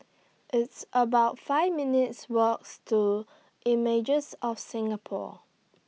It's about five minutes' Walks to Images of Singapore